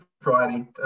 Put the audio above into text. Friday